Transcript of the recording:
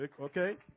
okay